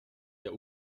der